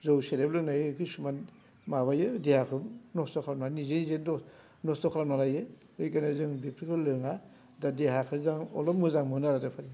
जौ सेरेब लोंनाय खिसुमान माबायो देहाखौ नस्थ' खालामनानै निजे निजे नस्थ' खालामना लायो बिखायनो जों बेफोरखौ लोङा दा देहाखौ जों अलफ मोजां मोनो आरो